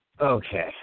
Okay